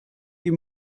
die